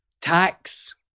Tax